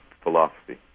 philosophy